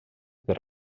per